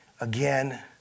again